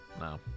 No